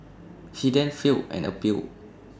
he then filed an appeal